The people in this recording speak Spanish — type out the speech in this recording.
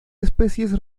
especies